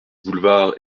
boulevard